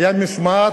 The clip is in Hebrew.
היתה משמעת.